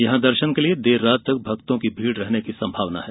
यहां दर्शन के लिये देर रात तक भक्तों की भीड़ रहने की संभावना है